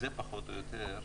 זה פחות או יותר,